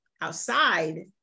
outside